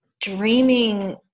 dreaming